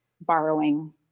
borrowing